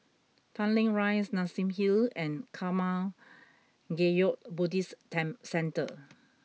Tanglin Rise Nassim Hill and Karma Kagyud Buddhist temp Centre